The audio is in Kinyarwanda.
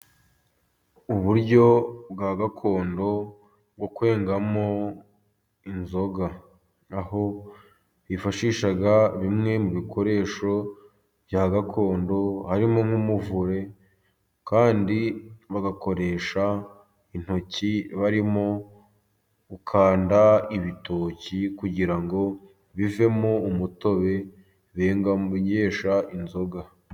Uburyo bwa gakondo bwo kwengamo inzoga . Aho bifashisha bimwe mu bikoresho bya gakondo harimo nk'umuvure, kandi bagakoresha intoki barimo gukanda ibitoki kugira ngo bivemo umutobe bengesha inzoga.